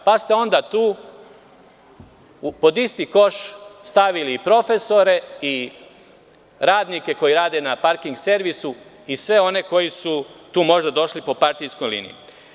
Onda ste tu pod isti koš stavili i profesore i radnike koji rade u „Parking servisu“ i sve one koji su tu možda došli po partijskoj liniji.